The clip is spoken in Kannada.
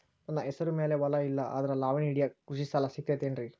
ನನ್ನ ಹೆಸರು ಮ್ಯಾಲೆ ಹೊಲಾ ಇಲ್ಲ ಆದ್ರ ಲಾವಣಿ ಹಿಡಿಯಾಕ್ ಕೃಷಿ ಸಾಲಾ ಸಿಗತೈತಿ ಏನ್ರಿ?